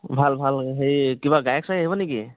ভাল ভাল হেৰি কিবা গায়ক চায়ক আহিব নেকি